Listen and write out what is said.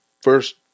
first